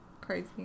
crazy